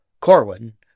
Corwin